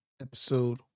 episode